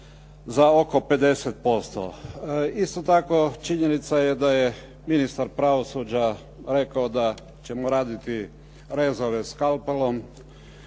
za oko 50%. Isto tako, činjenica je da je ministar pravosuđa rekao da ćemo raditi rezove skalpelom